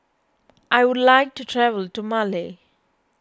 I would like to travel to Male